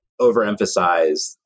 overemphasize